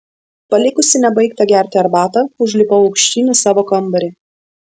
palikusi nebaigtą gerti arbatą užlipau aukštyn į savo kambarį